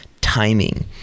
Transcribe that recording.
timing